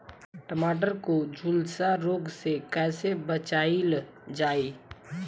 टमाटर को जुलसा रोग से कैसे बचाइल जाइ?